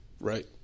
right